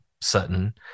Sutton